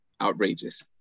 outrageous